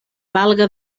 valga